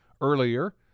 earlier